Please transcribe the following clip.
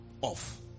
off